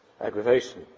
aggravation